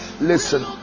Listen